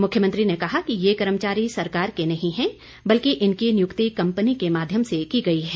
मुख्यमंत्री ने कहा कि यह कर्मचारी सरकार के नहीं है बल्कि इनकी नियुक्ति कंपनी के माध्यम से की गई है